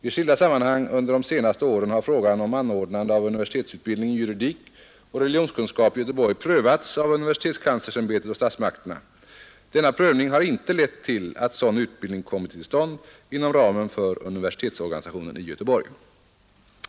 I skilda sammanhang under de senaste åren har frågan om anordnande av universitetsutbildning i juridik och religionskunskap i Göteborg prövats av universitetskanslersämbetet och statsmakterna. Denna prövning har inte lett till att sadan utbildning kommit till stånd inom ramen för universitetsorganisationen i Göteborg.